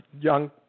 young